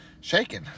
shaking